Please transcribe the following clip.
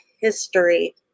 history